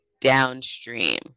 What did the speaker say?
downstream